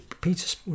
Peter